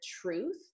truth